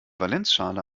valenzschale